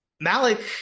Malik